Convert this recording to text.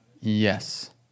Yes